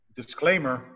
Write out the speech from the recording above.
disclaimer